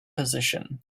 position